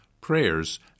prayers